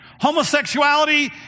Homosexuality